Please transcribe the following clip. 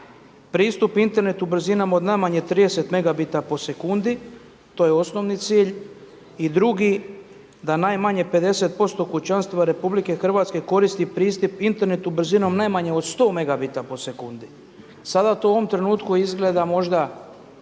pristup internetu brzinama od najmanje 30 megabita po sekundi. To je osnovni cilj. I drugi da najmanje 50% kućanstava RH koristi pristup internetu brzinom najmanje od 100 megabita po sekundi. Sada to u ovom trenutku izgleda možda